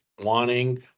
wanting